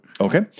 Okay